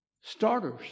starters